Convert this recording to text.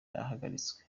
byahagaritswe